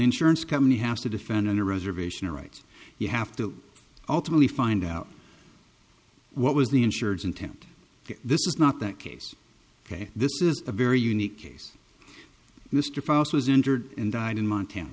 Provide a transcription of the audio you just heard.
insurance company has to defend in a reservation or right you have to ultimately find out what was the insurance intent this is not that case ok this is a very unique case mr fox was injured and died in montana